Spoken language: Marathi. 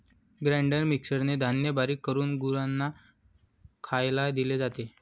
ग्राइंडर मिक्सरने धान्य बारीक करून गुरांना खायला दिले जाते